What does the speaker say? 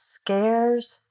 scares